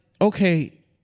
okay